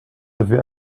avez